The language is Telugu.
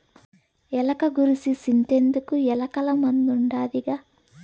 ఎలక గూర్సి సింతెందుకు, ఎలకల మందు ఉండాదిగా